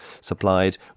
supplied